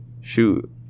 shoot